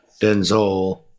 Denzel